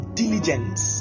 diligence